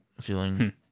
feeling